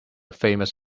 famous